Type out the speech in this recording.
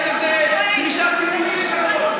איזו דרישה ציבורית כזאת.